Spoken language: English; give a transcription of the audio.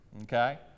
okay